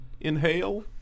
inhale